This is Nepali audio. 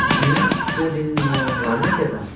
होइन त्यो दिन म घरमै थिएँ त